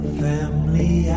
family